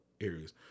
areas